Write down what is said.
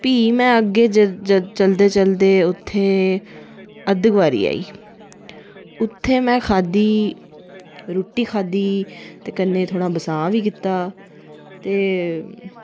फ्ही में अग्गें चलदे चलदे उत्थै अद्धकुआंरी आई उत्थै में खाद्धी रुट्टी खाद्धी ते कन्नै थोह्ड़ा बसां बी कीता ते